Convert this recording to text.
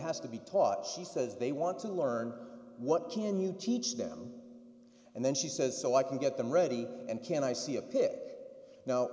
has to be taught she says they want to learn what can you teach them and then she says so i can get them ready and can i see a pit now